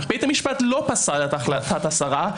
בית המשפט לא פסל את החלטת השרה,